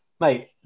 Mate